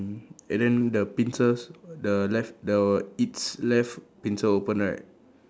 mm and then the pincers the left the its left pincer open right